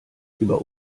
über